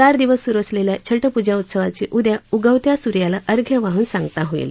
चार दिवस सुरु असलेल्या छट पूजा उत्सावाची उद्या उगवत्या सुर्याला अर्ध्य वाहून सांगता होईल